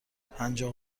پنجاه